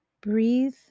breathe